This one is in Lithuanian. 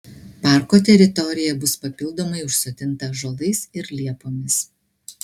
parko teritorija bus papildomai užsodinta ąžuolais ir liepomis